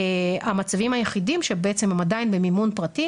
המצבים היחידים שהם בעצם עדיין במימון פרטי,